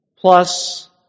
plus